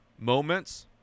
moments